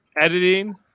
editing